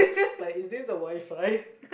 like is this the WiFi